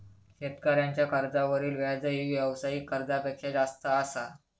शेतकऱ्यांच्या कर्जावरील व्याजही व्यावसायिक कर्जापेक्षा जास्त असा